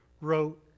wrote